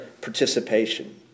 participation